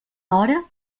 hora